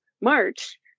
March